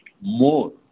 more